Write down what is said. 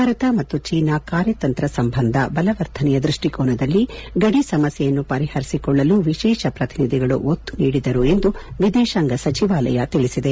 ಭಾರತ ಮತ್ತು ಚೀನಾ ಕಾರ್ಯತಂತ್ರ ಸಂಬಂಧ ಬಲವರ್ಧನೆಯ ದೃಷ್ಟಿಕೋನದಲ್ಲಿ ಗಡಿ ಸಮಸ್ತೆಯನ್ನು ಪರಿಪರಿಸಿಕೊಳ್ಳಲು ವಿಶೇಷ ಪ್ರತಿನಿಧಿಗಳು ಒತ್ತು ನೀಡಿದರು ಎಂದು ವಿದೇಶಾಂಗ ಸಚಿವಾಲಯ ತಿಳಿಸಿದೆ